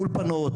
מאולפנות,